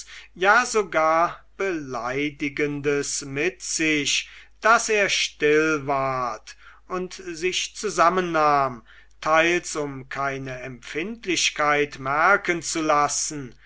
ja sogar beleidigendes mit sich daß er still ward und sich zusammennahm teils um keine empfindlichkeit merken zu lassen